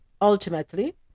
Ultimately